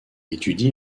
étudie